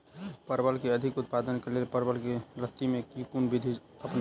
परवल केँ अधिक उत्पादन केँ लेल परवल केँ लती मे केँ कुन विधि अपनाबी?